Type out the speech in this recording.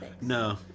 No